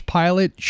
pilot